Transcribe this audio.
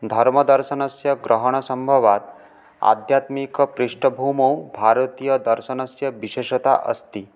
धर्मदर्शनस्य ग्रहणसम्भवात् आध्यात्मिकपृष्ठभूमौ भारतीयदर्शनस्य विशेषता अस्ति